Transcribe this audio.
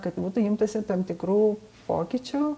kad būtų imtasi tam tikrų pokyčių